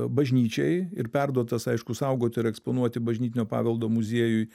bažnyčiai ir perduotas aišku saugoti ir eksponuoti bažnytinio paveldo muziejui